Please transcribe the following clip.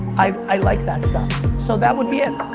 i like that stuff so that would be it.